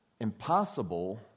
impossible